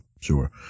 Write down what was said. sure